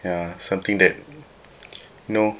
ya something that you know